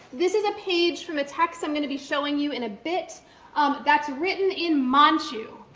this is a page from a text i'm going to be showing you in a bit um that's written in manchu.